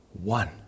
one